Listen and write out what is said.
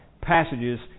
passages